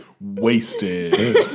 Wasted